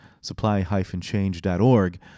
supply-change.org